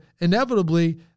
inevitably